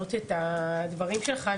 להעלות את הדברים שלך,